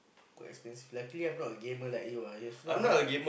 quite expensive luckily I'm not a gamer like you ah if not ah